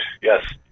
yes